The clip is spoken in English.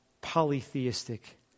polytheistic